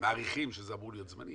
מעריכים שזה אמור להיות זמני,